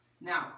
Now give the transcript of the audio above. Now